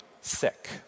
sick